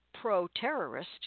pro-terrorist